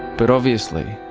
but obviously,